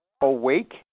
awake